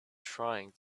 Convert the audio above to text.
trying